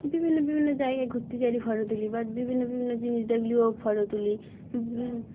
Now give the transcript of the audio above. বিভিন্ন বিভিন্ন জায়গায় ঘুরতে যাই নিয়ে ফটো তুলি বা বিভিন্ন বিভিন্ন জিনিস দেখলেও ফটো তুলি